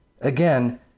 Again